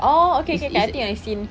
oh okay okay I think I seen